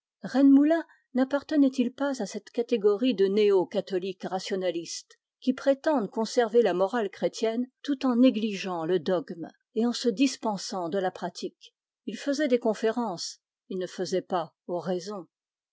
rennemoulin nappartenait il pas à cette catégorie de catholiques qui prétendent conserver la morale chrétienne tout en négligeant le dogme et en se dispensant de la pratique il faisait des conférences il ne faisait pas oraison